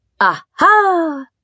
Aha